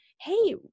hey